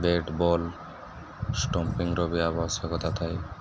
bat ball ଷ୍ଟମ୍ପିଙ୍ଗର ବି ଆବଶ୍ୟକତା ଥାଏ